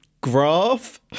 Graph